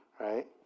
right